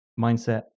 mindset